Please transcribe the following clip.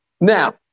Now